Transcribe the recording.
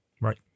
Right